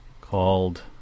called